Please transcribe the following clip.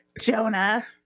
jonah